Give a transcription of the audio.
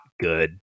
good